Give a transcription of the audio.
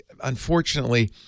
unfortunately